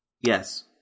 Yes